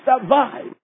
survive